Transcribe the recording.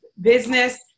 business